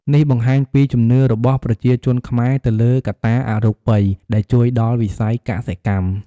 នេះបង្ហាញពីជំនឿរបស់ប្រជាជនខ្មែរទៅលើកត្តាអរូបិយដែលជួយដល់វិស័យកសិកម្ម។